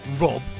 Rob